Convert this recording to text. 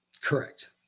Correct